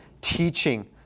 Teaching